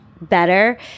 better